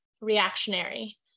reactionary